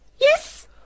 Yes